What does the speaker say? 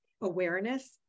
awareness